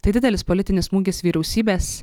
tai didelis politinis smūgis vyriausybės